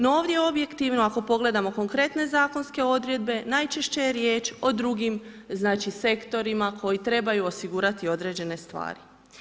No ovdje objektivno ako pogledamo konkretne zakonske odredbe, najčešće je riječ o drugim sektorima koji trebaju osigurati određene stvari.